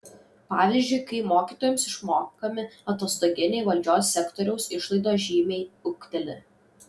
pavyzdžiui kai mokytojams išmokami atostoginiai valdžios sektoriaus išlaidos žymiai ūgteli